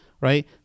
right